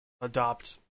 adopt